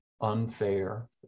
unfair